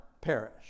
perish